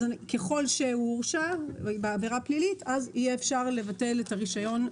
אז ככל שהוא הורשע בעבירה פלילית יהיה אפשר לבטל את הרישיון.